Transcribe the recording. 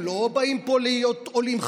הם לא באים לפה להיות עולים חדשים.